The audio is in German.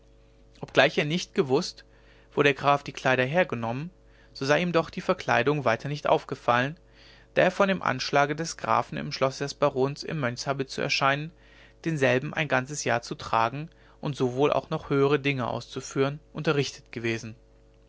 obgleich er nicht gewußt wo der graf die kleider hergenommen so sei ihm doch die verkleidung weiter nicht aufgefallen da er von dem anschlage des grafen im schlosse des barons in mönchshabit zu erscheinen denselben ein ganzes jahr zu tragen und so auch wohl noch höhere dinge auszuführen unterrichtet gewesen